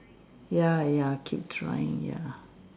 ya ya keep trying ya